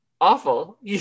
Awful